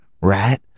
right